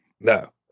No